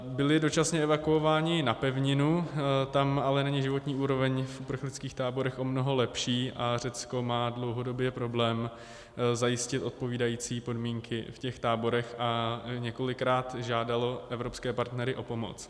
Byli dočasně evakuováni na pevninu, tam ale není životní úroveň v uprchlických táborech o mnoho lepší, Řecko má dlouhodobě problém zajistit odpovídající podmínky v těch táborech a několikrát žádalo evropské partnery o pomoc.